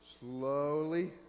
slowly